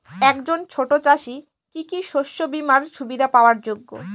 একজন ছোট চাষি কি কি শস্য বিমার সুবিধা পাওয়ার যোগ্য?